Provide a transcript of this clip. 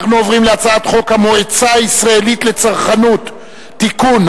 אנחנו עוברים להצעת חוק המועצה הישראלית לצרכנות (תיקון),